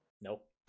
Nope